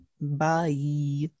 Bye